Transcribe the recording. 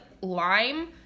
lime